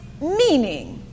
meaning